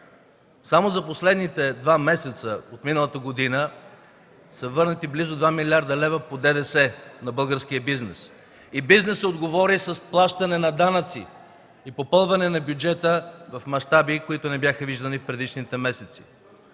Само за последните два месеца от миналата година са върнати близо 2 млрд. лв. по ДДС на българския бизнес и бизнесът отговори с плащане на данъци и попълване на бюджета в мащаби, които не бяха виждани в предишните месеци.